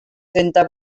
trenta